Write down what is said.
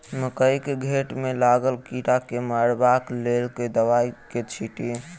मकई केँ घेँट मे लागल कीड़ा केँ मारबाक लेल केँ दवाई केँ छीटि?